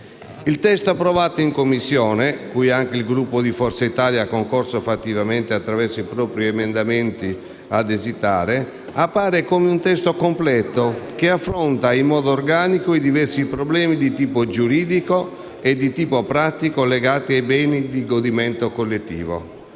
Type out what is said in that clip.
Il testo approvato in Commissione, che anche il Gruppo di Forza Italia ha concorso fattivamente, attraverso i propri emendamenti, ad esitare, appare come un testo completo che affronta in modo organico i diversi problemi di tipo giuridico e di tipo pratico legati ai beni di godimento collettivo.